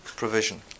provision